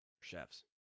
Chefs